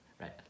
right